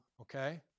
okay